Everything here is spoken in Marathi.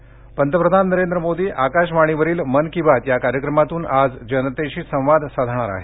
मन की बातः पंतप्रधान नरेंद्र मोदी आकाशवाणीवरील मन की बात या कार्यक्रमातून आज जनतेशी संवाद साधणार आहेत